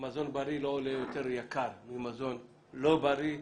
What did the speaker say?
מזון בריא לא עולה יותר יקר ממזון לא בריא.